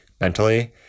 mentally